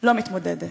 לא מתמודדת.